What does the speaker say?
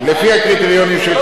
לפי הקריטריונים של קורת-גג.